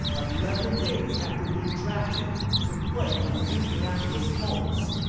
eleven days after being drafted to play for the indianapolis colts.